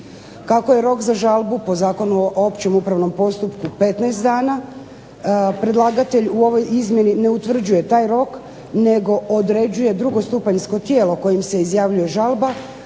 Kako je rok za žalbu po Zakonu o općem upravnom postupku 15 dana, predlagatelj u ovoj izmjeni ne utvrđuje taj rok nego određuje drugostupanjsko tijelo kojim se izjavljuje žalba,